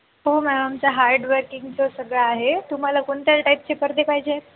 हो मॅम आमचं हार्डवर्किंगचं सगळं आहे तुम्हाला कोणत्या टाईपचे पडदे पाहिजे